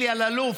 אלי אלאלוף,